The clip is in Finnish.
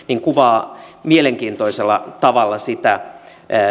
kuvaavat mielenkiintoisella tavalla sitä